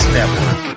Network